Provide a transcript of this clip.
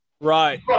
right